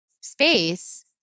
space